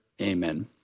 Amen